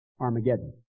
Armageddon